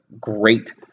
great